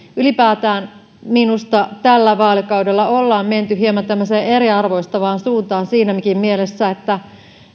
ylipäätään minusta tällä vaalikaudella ollaan menty hieman tämmöiseen eriarvoistavaan suuntaan siinäkin mielessä että